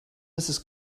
mrs